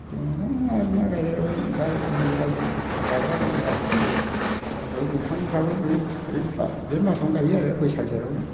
बिदिनो जाग्रा मुवा फिथाइ गायग्रा दंफांफ्राबो बे मासावनो गायो आरो बैसाग जेथावनो